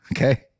Okay